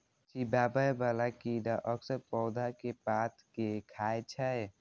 चिबाबै बला कीड़ा अक्सर पौधा के पात कें खाय छै